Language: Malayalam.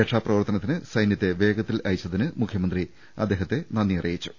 രക്ഷാപ്ര വർത്തനത്തിന് സൈന്യത്തെ വേഗത്തിൽ അയച്ചതിന് മുഖ്യമന്ത്രി അദ്ദേഹത്തിന് നന്ദി അറിയിച്ചു